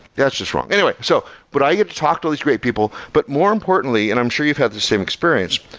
that's just wrong. anyway. so but i get to talk to all these great people, but more importantly, and i'm sure you've had the same experience.